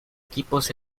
equipos